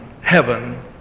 heaven